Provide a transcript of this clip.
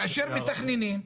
כאשר מתכננים,